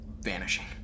vanishing